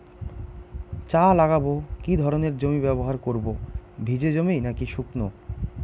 চা লাগাবো কি ধরনের জমি ব্যবহার করব ভিজে জমি নাকি শুকনো?